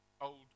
old